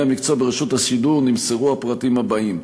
המקצוע ברשות השידור נמסרו הפרטים הבאים: